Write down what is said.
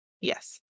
Yes